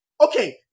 Okay